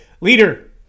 Leader